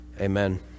Amen